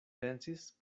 pensis